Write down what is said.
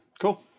Cool